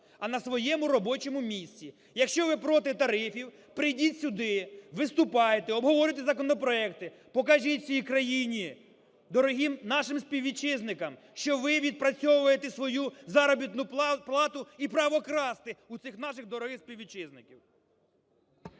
а на своєму робочому місці. Якщо ви проти тарифів, прийдіть сюди, виступайте, обговорюйте законопроекти, покажіть усій країні, дорогим нашим співвітчизникам, що ви відпрацьовуєте свою заробітну плату і право красти у цих наших дорогих співвітчизників.